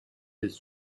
his